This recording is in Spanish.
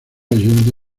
allende